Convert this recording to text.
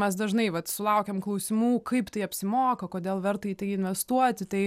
mes dažnai vat sulaukiam klausimų kaip tai apsimoka kodėl verta į tai investuotitai